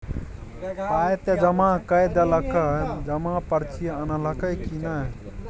पाय त जमा कए देलहक जमा पर्ची अनलहक की नै